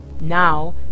Now